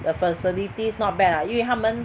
the facilities not bad lah 因为他们